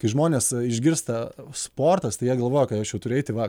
kai žmonės išgirsta sportas tai jie galvoja kad aš jau turiu eiti va